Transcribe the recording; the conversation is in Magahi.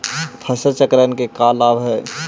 फसल चक्रण के का लाभ हई?